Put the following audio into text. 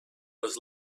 was